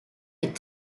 est